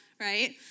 Right